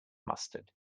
mustard